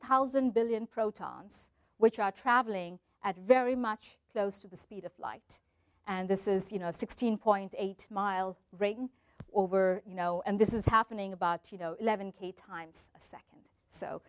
thousand billion protons which are traveling at very much close to the speed of light and this is you know sixteen point eight mile range over you know and this is happening about you know eleven k times a second so